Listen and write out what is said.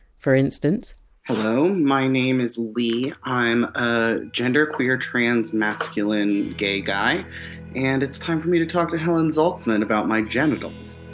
for instance hello, my name is lee. i'm a genderqueer trans masculine gay guy and it's time for me to talk to helen zaltzman about my genitals